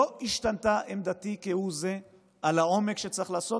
לא השתנתה עמדתי כהוא זה על העומק שצריך לעשות